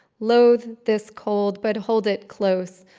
loathe this cold, but hold it close.